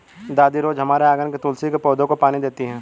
दादी रोज हमारे आँगन के तुलसी के पौधे को पानी देती हैं